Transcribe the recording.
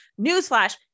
newsflash